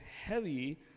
heavy